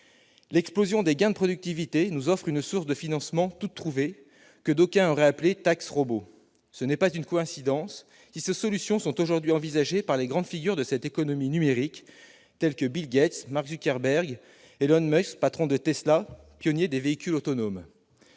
L'explosion des gains de productivité nous offre une source de financement toute trouvée, que d'aucuns auraient appelée « taxe robot ». Ce n'est pas une coïncidence si ces solutions sont aujourd'hui envisagées par de grandes figures de l'économie numérique telles que Bill Gates, Mark Zuckerberg et Elon Musk, patron de Tesla, pionnier des véhicules autonomes.